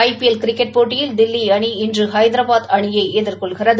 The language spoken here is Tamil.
ஐ பி எல் கிரிக்கெட் போட்டியில் தில்லி அணி இன்று ஹைதராபாத் அணியை எதிர்கொள்கிறது